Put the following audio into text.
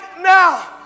now